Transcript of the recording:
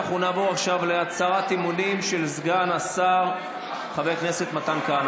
אנחנו נעבור עכשיו להצהרת אמונים של סגן השר חבר הכנסת מתן כהנא,